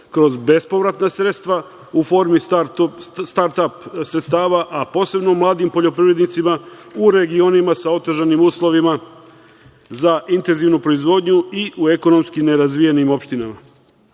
kroz bespovratna sredstva u formi start ap sredstava, a posebno mladim poljoprivrednicima u regionima sa otežanim uslovima za intenzivnu proizvodnju i u ekonomski nerazvijenim opštinama. Uvode